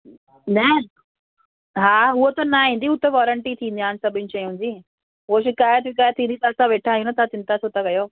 न हा उहो त ना ईंदी उहो त वॉरंटी थींदा आहे सभिनि शयुनि जी पोइ शिकायत विकायत थींदी त असां वेठां आहियूं तव्हां चिंता छो था कयो